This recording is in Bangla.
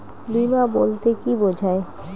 বিমা বলতে কি বোঝায়?